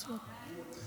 מצוין.